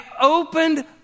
opened